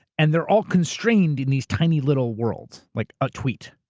and they're all constrained in these tiny little worlds. like a tweet.